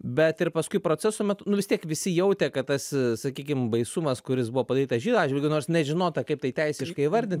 bet ir paskui proceso metu nu vis tiek visi jautė kad tas sakykim baisumas kuris buvo padarytas žydų atžvilgiu nors nežinota kaip tai teisiškai įvardin